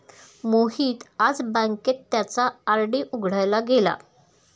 मोहित आज बँकेत त्याचा आर.डी उघडायला गेला